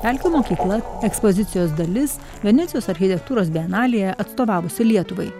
pelkių mokykla ekspozicijos dalis venecijos architektūros bienalėje atstovavusi lietuvai